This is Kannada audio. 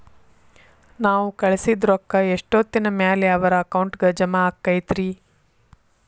ನಾವು ಕಳಿಸಿದ್ ರೊಕ್ಕ ಎಷ್ಟೋತ್ತಿನ ಮ್ಯಾಲೆ ಅವರ ಅಕೌಂಟಗ್ ಜಮಾ ಆಕ್ಕೈತ್ರಿ?